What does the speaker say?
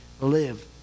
live